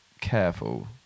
careful